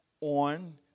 on